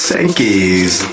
Sankeys